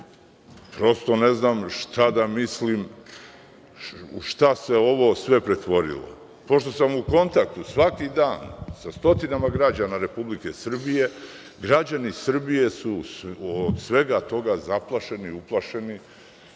Prosto ne znam šta da mislim - u šta se ovo sve pretvorilo. Pošto sam u kontaktu svaki dan sa stotinama građana Republike Srbije, građani Srbije su od svega toga zaplašeni, uplašeni,